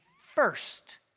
first